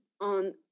on